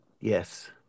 Yes